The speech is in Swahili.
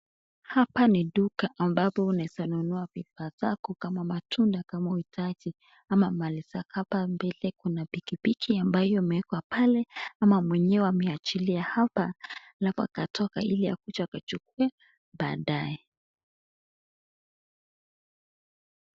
Hapa ni duka ambapo unaeza nunua bidhaa zako kama matunda kama uhitaji ama mali zako. Hapa mbele kuna pikipiki ambayo imewekwa pale ama mwenyewe ameachilia hapa halafu akatoka ili akuje akachukue baadae.